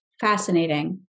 Fascinating